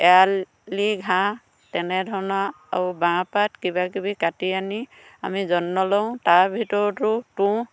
এৰালি ঘাঁহ তেনেধৰণৰ আৰু বাঁহ পাত কিবাকিবি কাটি আনি আমি যত্ন লওঁ তাৰ ভিতৰতো তুঁহ